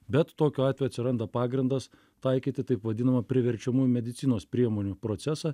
bet tokiu atveju atsiranda pagrindas taikyti taip vadinamą priverčiamųjų medicinos priemonių procesą